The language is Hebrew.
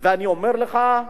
ואני אומר לך,